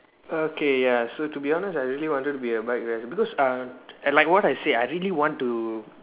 okay ya so to be honest I really wanted to be a bike rider because uh like what I said I really want to